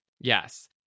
Yes